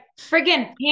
friggin